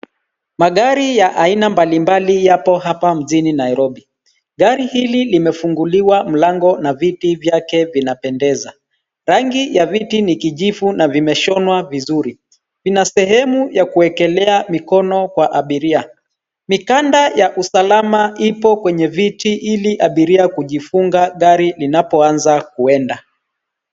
Magari ya aina mbalimbali yapo hapa mjini Nairobi. Gari hili limefunguliwa mlango na viti vyake vinapendeza. Rangi ya viti ni kijivu na vimeshonwa vizuri. Vina sehemu ya kuwekelea mikono kwa abiria. Mikanda ya usalama ipo kwenye viti hili abiria kujifunga gari linapoanza kuenda.